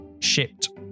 shipped